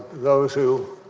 those who